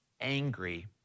angry